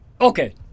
Okay